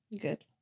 good